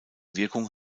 wirkung